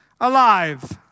alive